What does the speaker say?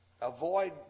avoid